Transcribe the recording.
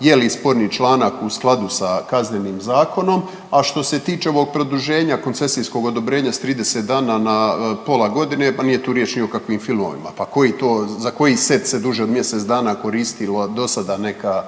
je li sporni članak u skladu sa Kaznenim zakonom, a što se tiče ovog produženja koncesijskog odobrenja sa 30 dana na pola godine, pa nije tu riječ ni o kakvim filmovima. Pa koji to, za koji set se duže od mjesec dana koristilo do sada neka